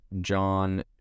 john